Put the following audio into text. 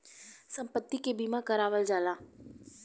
सम्पति के बीमा करावल जाला